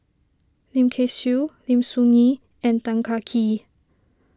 Lim Kay Siu Lim Soo Ngee and Tan Kah Kee